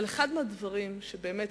אבל אחד מהדברים שבאמת,